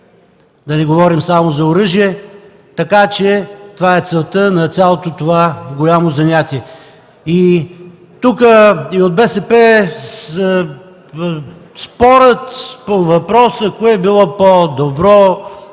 (да не говорим само за оръжие). Това е целта на цялото това голямо занятие. Тук и от БСП спорят по въпроса кое било по-добро.